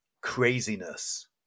craziness